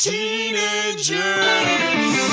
Teenagers